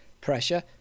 pressure